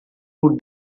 who